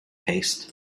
paste